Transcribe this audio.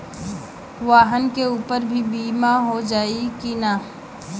वाहन के ऊपर भी बीमा हो जाई की ना?